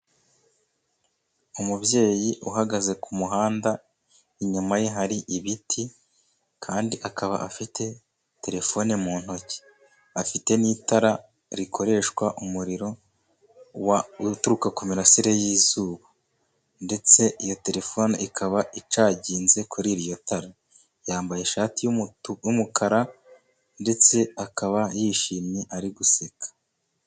Umubyeyi uhagaze ku muhanda inyuma ye hari ibiti kandi akaba afite telefone mu ntoki, afite n'itara rikoreshwa umuriro uturuka ku mirasire y'izuba ndetse iyo telefone ikaba icagize kuri iryo tara. Yambaye ishati y'umukara ndetse akaba yishimye ari guseka.